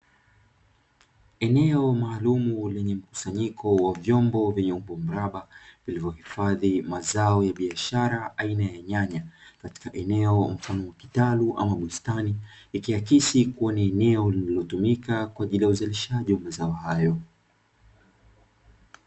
Eneo maalumu lenye mkusanyiko wa vyombo vyenye umbo mraba, vilivyohifadhi mazao ya biashara aina ya nyanya katika eneo la mfano wa kitalu ama bustani ikiakisi kuwa ni eneo lililotumika kwa ajili ya uzalishaji wa mazao hayo.